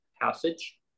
passage